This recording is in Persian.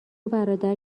برادر